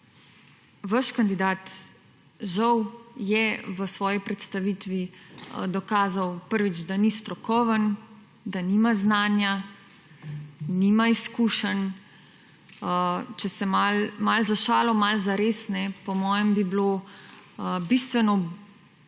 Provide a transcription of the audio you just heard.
vaš kandidat žal je v svoji predstavitvi dokazal, prvič, da ni strokoven, da nima znanja, nima izkušenj. Če se malo za šalo malo za res, po mojem bi bilo bistveno